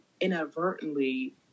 inadvertently